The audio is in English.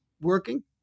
working